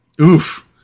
Oof